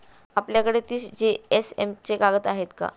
आपल्याकडे तीस जीएसएम चे कागद आहेत का?